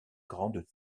grande